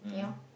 you know